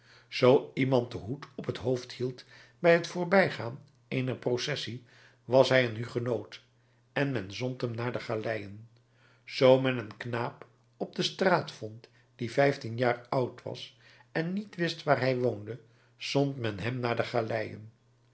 zoo iemand den hoed op het hoofd hield bij het voorbijgaan eener processie was hij een hugenoot en men zond hem naar de galeien zoo men een knaap op de straat vond die vijftien jaar oud was en niet wist waar hij woonde zond men hem naar de galeien